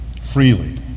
freely